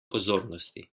pozornosti